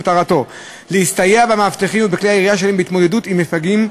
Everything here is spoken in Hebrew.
ומטרתו להסתייע במאבטחים ובכלי הירייה שלהם בהתמודדות עם מפגעים.